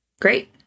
Great